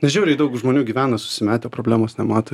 žiauriai daug žmonių gyvena susimetę problemos nemato